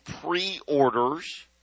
pre-orders